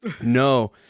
No